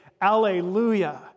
Alleluia